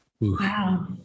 Wow